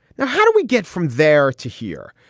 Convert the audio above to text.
now, how do we get from there to here?